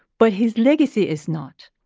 but his legacy is not.